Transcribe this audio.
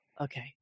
Okay